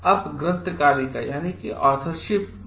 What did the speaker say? अब ग्रंथकारिका लेखकीय योग्यता क्या है